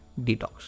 detox